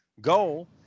goal